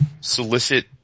solicit